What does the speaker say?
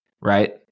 right